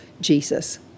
Jesus